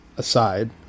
Aside